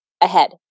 ahead